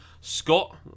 Scott